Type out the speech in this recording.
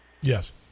Yes